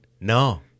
No